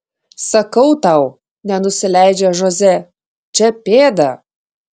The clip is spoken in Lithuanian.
sakau tau nenusileidžia žoze čia pėda